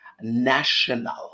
National